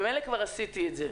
ממילא כבר עשיתי את זה.